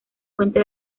fuente